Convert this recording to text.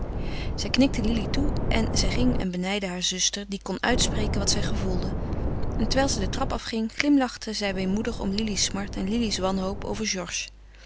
zij knikte lili toe en zij ging en benijdde haar zuster die kon uitspreken wat zij gevoelde en terwijl zij de trap afging glimlachte zij weemoedig om lili's smart en lili's wanhoop over